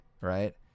right